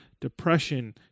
Depression